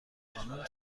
خانم